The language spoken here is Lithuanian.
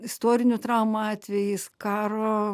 istorinių traumų atvejais karo